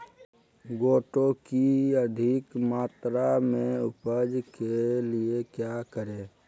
गोटो की अधिक मात्रा में उपज के लिए क्या करें?